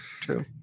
True